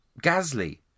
Gasly